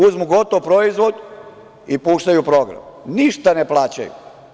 Uzmu gotov proizvod i puštaju program, ništa ne plaćaju.